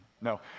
No